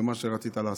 במה שרצית לעשות.